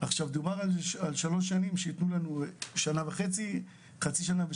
דובר על כך שייתנו לנו חצי שנה,